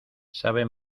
sabe